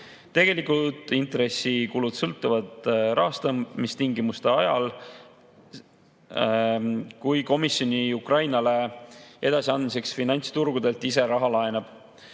Tegelikud intressikulud sõltuvad rahastamistingimustest ajal, kui komisjon Ukrainale edasiandmiseks finantsturgudelt ise raha laenab.